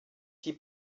die